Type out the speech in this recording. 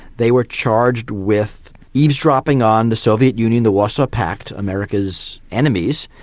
they were charged with eavesdropping on the soviet union, the warsaw pact, america's enemies,